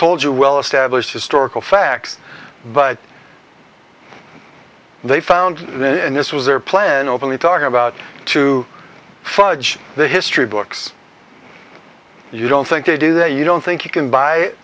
told you well established historical facts but they found in this was their plan openly talking about to fudge the history books you don't think they do that you don't think you can buy